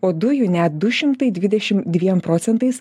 o dujų net du šimtai dvidešim dviem procentais